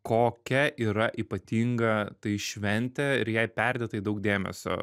kokia yra ypatinga tai šventė ir jai perdėtai daug dėmesio